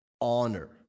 honor